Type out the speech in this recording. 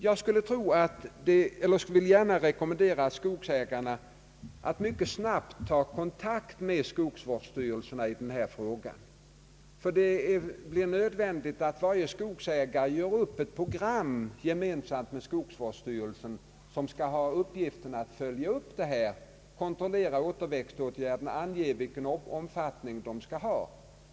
Jag vill gärna rekommendera skogsägarna att mycket snabbt ta kontakt med respektive skogsvårdsstyrelse i denna fråga. Det blir nämligen nödvändigt att varje skogsägare gör upp ett program tillsammans med skogsvårdsstyrelsen, som har till uppgift att följa upp verksamheten, kontrollera återväxtåtgärderna och ange vilken omfattning de skall ha.